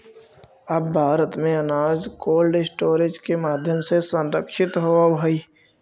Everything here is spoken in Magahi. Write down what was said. अब भारत में अनाज कोल्डस्टोरेज के माध्यम से संरक्षित होवऽ हइ